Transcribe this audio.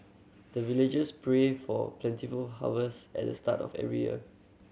the villagers pray for plentiful harvest at the start of every year